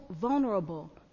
vulnerable